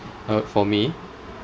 uh for me